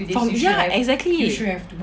ya exactly